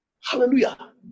Hallelujah